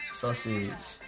sausage